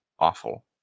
awful